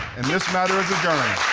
and this matter is adjourned.